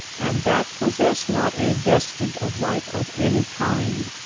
and that possess not a vestige of life of any kind.